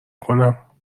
کنم